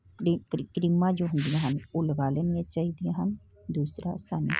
ਕਰੀਮਾਂ ਜੋ ਹੁੰਦੀਆਂ ਹਨ ਉਹ ਲਗਾ ਲੈਣੀਆਂ ਚਾਹੀਦੀਆਂ ਹਨ ਦੂਸਰਾ ਸਾਨੂੰ